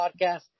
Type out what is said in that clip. podcast